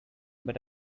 but